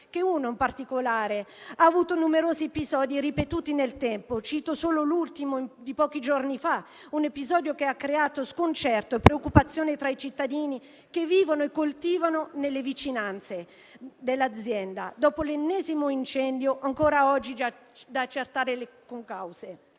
che uno in particolare ha avuto numerosi episodi ripetuti nel tempo. Cito solo l'ultimo di pochi giorni fa, un episodio che ha creato sconcerto e preoccupazione tra i cittadini, che vivono e coltivano nelle vicinanze dell'azienda. È l'ennesimo incendio del quale ancora oggi sono da accertare le cause.